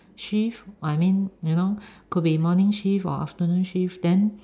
shift I mean you know could be morning shift or afternoon shift then